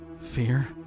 Fear